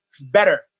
better